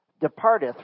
departeth